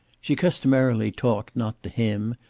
she customarily talked, not to him,